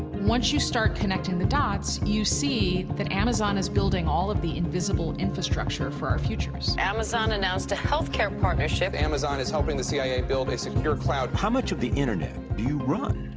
once you start connecting the dots, you see that amazon is building all of the invisible infrastructure for our futures. amazon announced a healthcare partnership. amazon is helping the c i a. build a secure cloud. how much of the internet do you run?